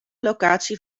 locatie